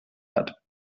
hat